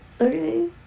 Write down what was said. Okay